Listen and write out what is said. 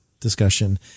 discussion